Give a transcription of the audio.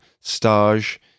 stage